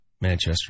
Manchester